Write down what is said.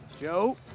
Joe